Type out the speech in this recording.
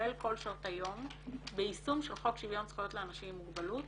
כולל כל שעות היום ביישום של חוק שוויון זכויות לאנשים עם מוגבלות